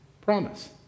promise